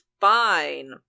fine